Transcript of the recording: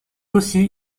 aussi